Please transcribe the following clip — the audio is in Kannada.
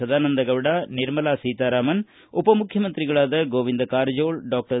ಸದಾನಂದಗೌಡ ನಿರ್ಮಲಾ ಸೀತಾರಾಮನ್ ಉಪಮುಖ್ಯಮಂತ್ರಿಗಳಾದ ಗೋವಿಂದ ಕಾರಜೋಳ ಡಾಕ್ಟರ್